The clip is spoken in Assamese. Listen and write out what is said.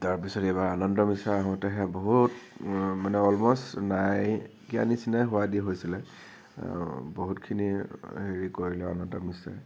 তাৰপিছত এইবাৰ আনন্দ মিশ্ৰ আহোঁতেহে বহুত মানে অলম'ষ্ট নাইকিয়া নিচিনাই হোৱাদি হৈছিলে আৰু বহুতখিনি হেৰি কৰিলে আনন্দ মিশ্ৰই